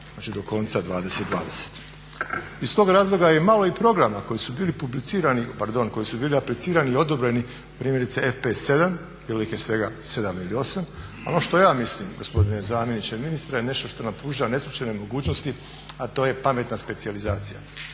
znači do konca 2020. Iz tog razloga je malo i programa koji su bili aplicirani i odobreni, primjerice FP 7, bilo ih je svega 7 ili 8. Ono što ja mislim, gospodine zamjeniče ministra, je nešto što nam pruža neslućene mogućnosti, a to je pametna specijalizacija.